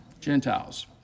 Gentiles